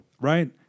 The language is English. right